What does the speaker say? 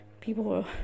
people